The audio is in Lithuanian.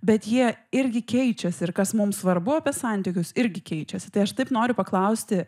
bet jie irgi keičiasi ir kas mums svarbu apie santykius irgi keičiasi tai aš taip noriu paklausti